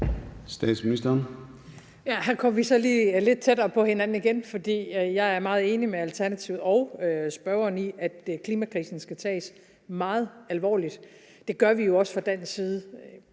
Frederiksen): Her kommer vi så lige lidt tættere på hinanden igen, for jeg er meget enig med Alternativet og spørgeren i, at klimakrisen skal tages meget alvorligt, og det gør vi jo også fra dansk side.